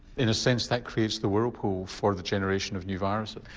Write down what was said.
in a sense that creates the whirlpool for the generation of new viruses?